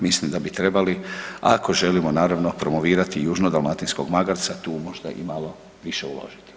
Mislim da bi trebali ako želimo naravno promovirati južno-dalmatinskog magarca tu možda i malo više uložiti.